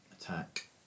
attack